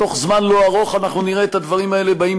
בתוך זמן לא רב אנחנו נראה את הדברים האלה באים